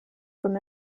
from